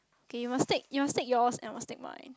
okay you must take you must take your's and I must take mine